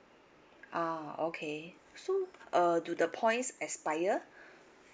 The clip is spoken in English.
ah okay so uh do the points expire